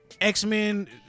x-men